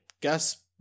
gas